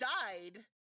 died